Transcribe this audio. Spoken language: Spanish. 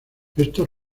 estos